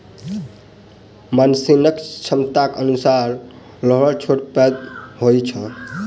मशीनक क्षमताक अनुसार हौलर छोट पैघ होइत छै